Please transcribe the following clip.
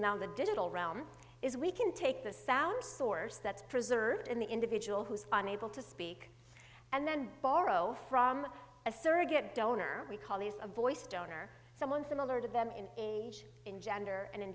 in the digital realm is we can take the sound source that's preserved in the individual who's been able to speak and then borrow from a surrogate donor we call these a voice donor someone similar to them in age in gender and in